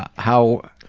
ah how.